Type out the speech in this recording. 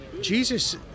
Jesus